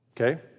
Okay